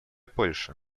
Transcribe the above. польши